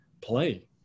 play